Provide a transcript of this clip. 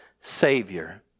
Savior